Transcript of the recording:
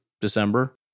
December